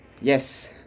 yes